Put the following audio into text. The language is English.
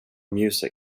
music